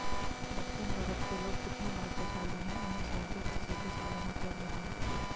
दक्षिण भारत के लोग कितने भाग्यशाली हैं, उन्हें सागरीय कृषि के साधन उपलब्ध हैं